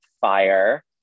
fire